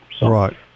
Right